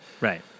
Right